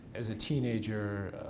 as a teenager,